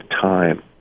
time